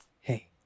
hey